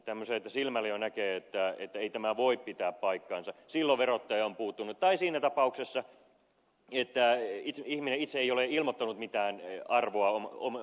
jos silmällä jo näkee että ei tämä voi pitää paikkaansa silloin verottaja on puuttunut tai siinä tapauksessa että ihminen itse ei ole ilmoittanut mitään arvoa omaisuudelleen